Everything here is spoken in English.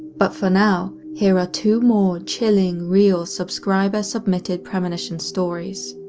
but, for now, here are two more chilling real, subscriber submitted premonition stories.